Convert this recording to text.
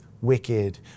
Wicked